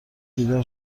بیدار